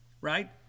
right